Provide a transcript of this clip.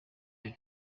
iyo